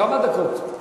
כמה דקות?